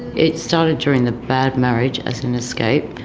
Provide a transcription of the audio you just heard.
it started during the bad marriage as an escape,